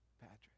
Patrick